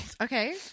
Okay